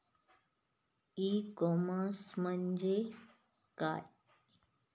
E commerce म्हणजे काय?